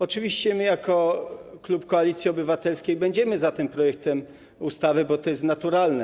Oczywiście jako klub Koalicji Obywatelskiej będziemy za tym projektem ustawy, bo to jest naturalne.